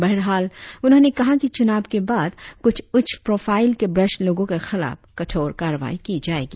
बहरहाल उन्होंने कहा की चुनाव के बाद कुछ उच्च प्रोफाइल के भ्रष्ट लोगो के खिलाफ कठोर कार्रवाई की जाएगी